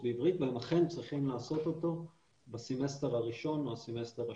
בעברית והם אכן צריכים לעשות אותו בסמסטר הראשון או בסמסטר השני.